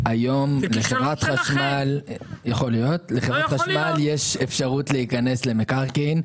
לציין שלחברת חשמל יש היום אפשרות להיכנס למקרקעין,